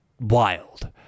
wild